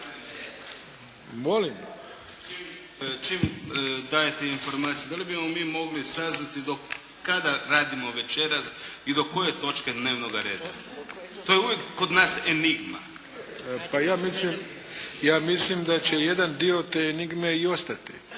(IDS)** Čim dajete informacije, da li bi mogli saznati do kada radimo večeras i do koje točke dnevnoga reda? To je uvijek kod nas enigma. **Arlović, Mato (SDP)** Pa ja mislim da će jedan dio te enigme i ostati,